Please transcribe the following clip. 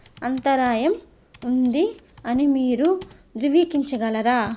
అంతరాయం ఉంది అని మీరు ధృవీకరించగలరా